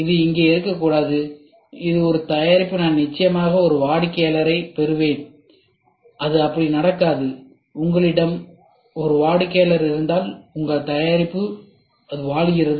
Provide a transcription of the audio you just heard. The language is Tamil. இது இங்கே இருக்கக்கூடாது ஒரு தயாரிப்பிற்கு நான் நிச்சயமாக ஒரு வாடிக்கையாளரைப் பெறுவேன் அது அப்படி நடக்காது உங்களிடம் ஒரு வாடிக்கையாளர் இருந்தால் உங்கள் தயாரிப்பு விற்கப்படுகிறது